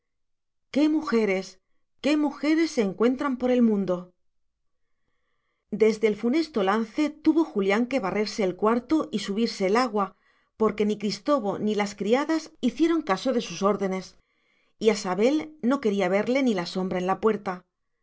qué mujeres qué mujeres se encuentran por el mundo desde el funesto lance tuvo julián que barrerse el cuarto y subirse el agua porque ni cristobo ni las criadas hicieron caso de sus órdenes y a sabel no quería verle ni la sombra en la puerta